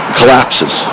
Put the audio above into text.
collapses